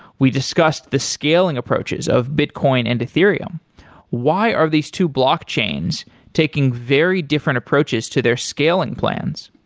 we discussed the scaling approaches of bitcoin and ethereum why are these two block chains taking very different approaches to their scaling plans.